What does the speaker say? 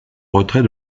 retrait